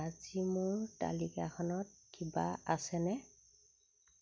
আজি মোৰ তাালিকাখনত কিবা আছেনে